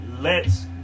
lets